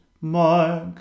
mark